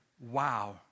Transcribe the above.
wow